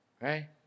right